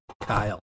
Kyle